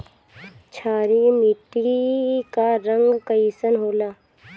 क्षारीय मीट्टी क रंग कइसन होला?